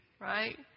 right